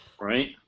Right